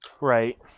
Right